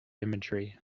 imagery